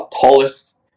tallest